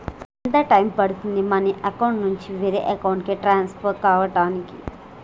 ఎంత టైం పడుతుంది money account నుంచి వేరే అకౌంట్ కి ట్రాన్స్ఫర్ కావటానికి?